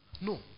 No